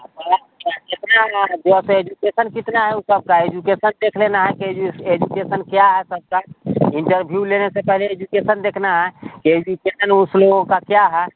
क्या कितना एजुकेशन कितना है ऊ सबका एजुकेशन देख लेना है कि एजुकेशन क्या है सबका इन्टरव्यू लेने से पहले एजुकेशन देखना है कि एजुकेशन उस लोगों का क्या है